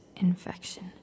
infection